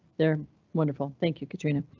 they are wonderful. thank you katrina.